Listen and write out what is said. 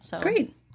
Great